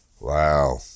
Wow